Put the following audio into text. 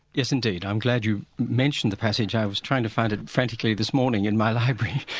yes, indeed, i'm glad you mentioned the passage. i was trying to find frantically this morning in my library,